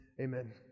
Amen